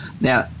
now